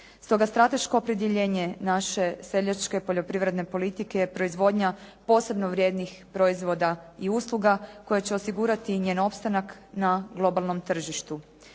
Stoga strateško opredjeljenje naše seljačke poljoprivredne politike je proizvodnja posebno vrijednih proizvoda i usluga koje će osigurati njen opstanak na globalnom tržištu.